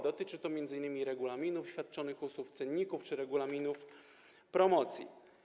Dotyczy to m.in. regulaminów świadczonych usług, cenników czy regulaminów promocji.